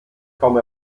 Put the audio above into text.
komme